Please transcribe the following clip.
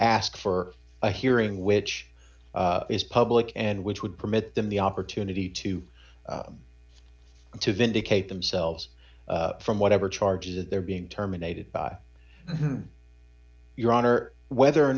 ask for a hearing which is public and which would permit them the opportunity to to vindicate themselves from whatever charges that they're being terminated by your honor whether or